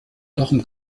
darum